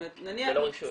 --- ללא רישוי.